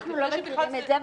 אנחנו לא מכירים את זה.